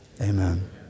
amen